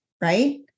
right